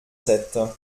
sept